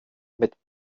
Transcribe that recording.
mit